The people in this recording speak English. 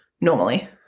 Normally